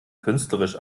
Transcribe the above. künstlerisch